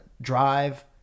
drive